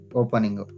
opening